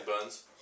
buns